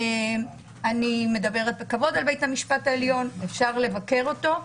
אני מכבדת את בית המשפט העליון אך אפשר לבקר אותו.